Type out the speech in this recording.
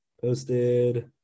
Posted